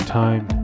time